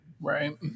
Right